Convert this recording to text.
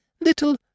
little